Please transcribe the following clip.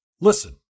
Listen